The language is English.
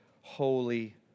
holy